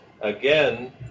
again